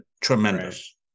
Tremendous